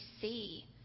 see